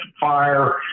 fire